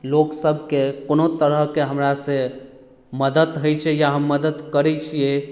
लोक सबकेँ कोनो तरहकेँ हमरा से मदत होइ छै या हम मदत करै छियै